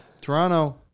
Toronto